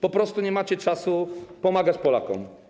Po prostu nie macie czasu pomagać Polakom.